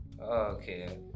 okay